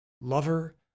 lover